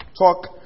talk